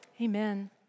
Amen